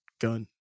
gun